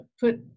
put